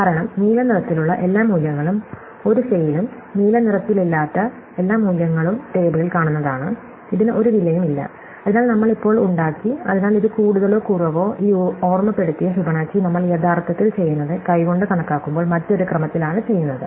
കാരണം നീലനിറത്തിലുള്ള എല്ലാ മൂല്യങ്ങളും 1 സെയിലും നീല നിറത്തിലല്ലാത്ത എല്ലാ മൂല്യങ്ങളും ടേബിളിൽ കാണുന്നതാണ് ഇതിന് ഒരു വിലയും ഇല്ല അതിനാൽ നമ്മൾ ഇപ്പോൾ ഉണ്ടാക്കി അതിനാൽ ഇത് കൂടുതലോ കുറവോ ഈ ഓർമ്മപ്പെടുത്തിയ ഫിബൊനാച്ചി നമ്മൾ യഥാർത്ഥത്തിൽ ചെയ്യുന്നത് കൈകൊണ്ട് കണക്കാക്കുമ്പോൾ മറ്റൊരു ക്രമത്തിലാണ് ചെയ്യുന്നത്